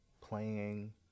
playing